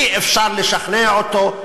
אי-אפשר לשכנע אותו,